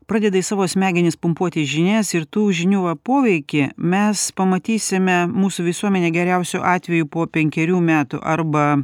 pradeda į savo smegenis pumpuoti žinias ir tų žinių va poveikį mes pamatysime mūsų visuomenė geriausiu atveju po penkerių metų arba